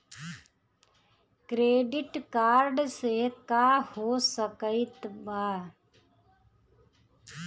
Credit card से का हो सकइत बा?